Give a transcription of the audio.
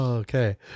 Okay